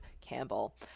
Campbell